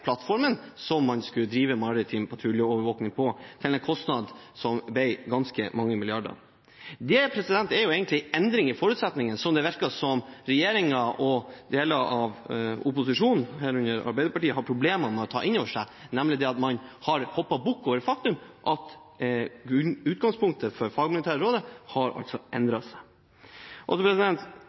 plattformen som man skulle drive maritim patruljeovervåkning på, til en kostnad som ble på ganske mange milliarder. Det er egentlig en endring i forutsetningene som det virker som om regjeringen og deler av opposisjonen, herunder Arbeiderpartiet, har problemer med å ta inn over seg, nemlig det at man har hoppet bukk over det faktum at utgangspunktet for det fagmilitære rådet har endret seg.